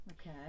Okay